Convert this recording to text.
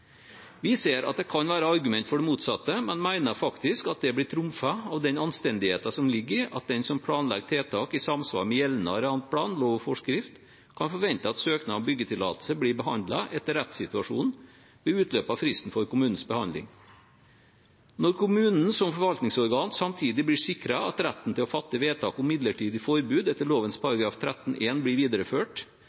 Vi ser at det kan være argument for det motsatte, men mener faktisk at det blir trumfet av den anstendigheten som ligger i at den som planlegger tiltak i samsvar med gjeldende arealplan, lov og forskrift, kan forvente at søknad om byggetillatelse blir behandlet etter rettssituasjonen ved utløpet av fristen for kommunens behandling. Når kommunen som forvaltningsorgan samtidig blir sikret at retten til å fatte vedtak om midlertidig forbud etter lovens § 13-1 blir videreført